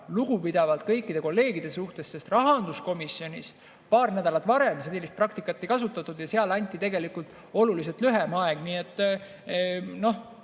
lugupidavalt kõikide kolleegide suhtes. Rahanduskomisjonis paar nädalat varem sellist praktikat ei kasutatud ja seal anti oluliselt lühem aeg. Noh,